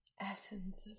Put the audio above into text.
essence